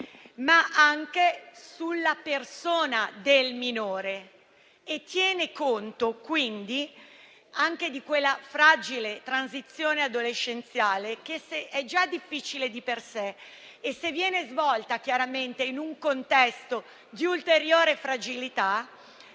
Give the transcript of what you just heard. ma anche sulla persona del minore e tiene conto quindi anche della fragile transizione adolescenziale che è già difficile di per sé e che, se viene svolta in un contesto di ulteriore fragilità,